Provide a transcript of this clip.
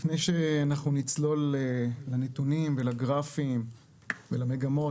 לפני שאנחנו נצלול לנתונים ולגרפים ולמגמות,